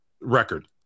record